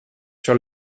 sur